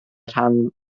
rhan